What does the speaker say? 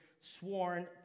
sworn